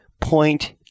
point